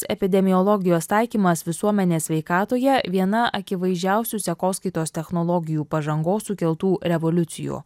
epidemiologijos taikymas visuomenės sveikatoje viena akivaizdžiausių sekoskaitos technologijų pažangos sukeltų revoliucijų